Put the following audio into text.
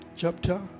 chapter